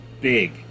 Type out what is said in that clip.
Big